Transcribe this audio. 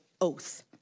oath